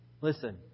Listen